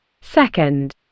Second